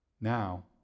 Now